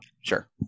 Sure